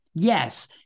Yes